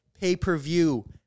pay-per-view